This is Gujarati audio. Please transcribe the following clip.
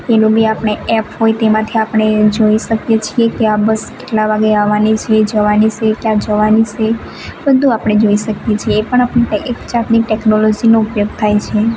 એનું બી આપણે એપ હોય તેમાંથી આપણે જોઈ શકીએ છીએ કે આ બસ કેટલા વાગે આવવાની છે જવાની સે ક્યાં જવાની છે બધું આપણે જોઈ શકીએ છીએ પણ આપણી એક જાતની ટેક્નોલોજીનો ઉપયોગ થાય છે